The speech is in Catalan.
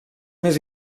més